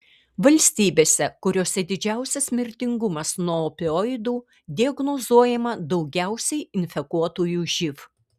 valstybėse kuriose didžiausias mirtingumas nuo opioidų diagnozuojama daugiausiai infekuotųjų živ